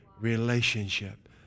relationship